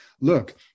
Look